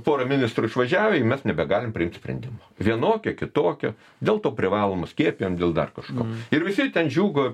pora ministrų išvažiavę i mes nebegalim priimt sprendimo vienokio kitokio dėl tų privalomų skiepijamų dėl dar kažko ir visi ten džiūgauja